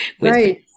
Right